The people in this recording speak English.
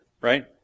right